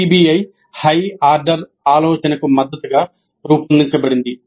PBI high order ఆలోచనకు మద్దతుగా రూపొందించబడింది